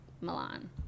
Milan